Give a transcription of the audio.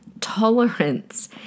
tolerance